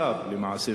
צו למעשה,